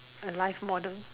A live model